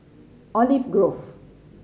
Olive Grove